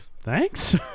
thanks